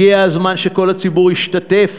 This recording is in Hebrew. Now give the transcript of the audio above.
הגיע הזמן שכל הציבור ישתתף